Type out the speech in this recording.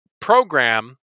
program